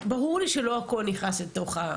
ברור לי שלא הכול נכנס לתוך.